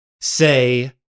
say